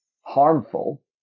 harmful